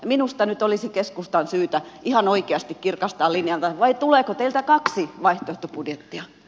minusta nyt olisi keskustan syytä ihan oikeasti kirkastaa linjaansa vai tuleeko teiltä kaksi vaihtoehtobudjettia